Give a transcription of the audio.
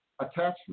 attachment